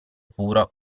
puro